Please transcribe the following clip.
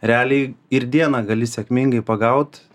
realiai ir dieną gali sėkmingai pagaut